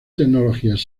tecnologías